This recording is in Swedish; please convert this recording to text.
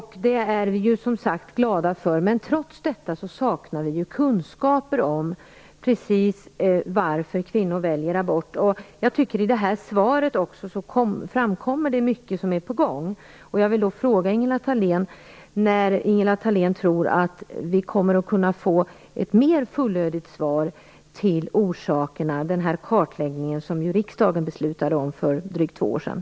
Vi är, som sagt, glada för det, men vi saknar ändå precisa kunskaper om varför kvinnor väljer abort. Det lämnas i svaret många uppgifter om sådant som är på gång. Jag vill fråga Ingela Thalén när hon tror att den kartläggning som riksdagen beslutade om för drygt två år sedan kommer att kunna ge ett mer fullödigt svar vad gäller orsakerna.